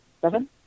seven